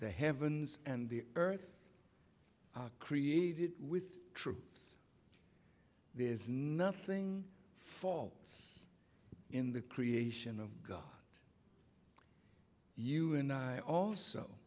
the heavens and the earth are created with truth there's nothing faults in the creation of god you and i